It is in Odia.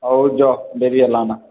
ହଉ ଯଅ ଡେରି ହେଲାନ